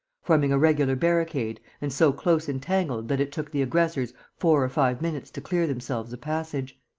forming a regular barricade and so close-entangled that it took the aggressors four or five minutes to clear themselves a passage.